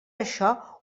això